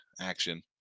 action